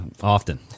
often